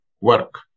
work